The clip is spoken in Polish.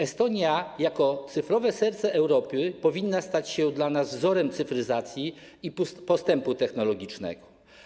Estonia jako cyfrowe serce Europy powinna stać się dla nas wzorem cyfryzacji i postępu technologicznego.